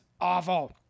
awful